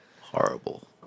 Horrible